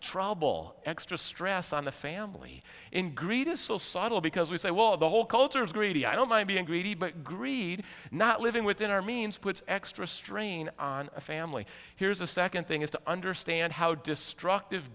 trouble extra stress on the family ingredients so subtle because we say well the whole culture is greedy i don't mind being greedy but greed not living within our means puts extra strain on a family here's a second thing is to understand how destructive